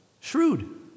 shrewd